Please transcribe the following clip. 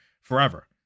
forever